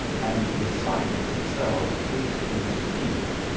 and the sight of themselves cased in steel,